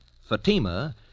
Fatima